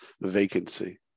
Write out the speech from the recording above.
vacancy